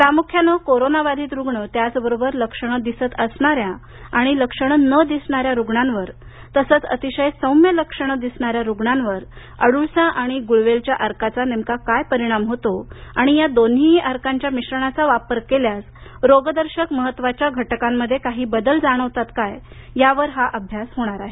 प्रामुख्यानं कोरोना बाधित रुग्ण त्याचबरोबर लक्षणे दिसत असणाऱ्या आणि लक्षणे न दिसणाऱ्या रुग्णावर तसंच अतिशय सौम्य लक्षणे दिसणाऱ्या रुग्णावर अड्रळसा आणि गुळवेलच्या अर्काचा नेमका काय परिणाम होतो आणि या दोन्हीही अर्कांच्या मिश्रणाचा वापर केल्यास रोगदर्शक महत्वाच्या घटकांमध्ये काही बदल जाणवतात काय यावर हा अभ्यास होणार आहे